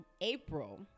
April